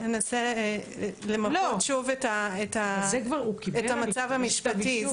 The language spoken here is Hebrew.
אולי אני אנסה למפות שוב את המצב המשפטי.